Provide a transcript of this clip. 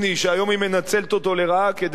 שהיום היא מנצלת אותו לרעה כדי שיהיו